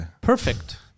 Perfect